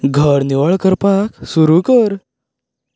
घर निवळ करपाक सुरू कर